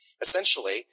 Essentially